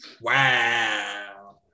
Wow